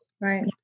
Right